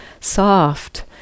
soft